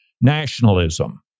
nationalism